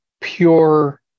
pure